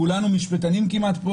כמעט כולנו משפטנים פה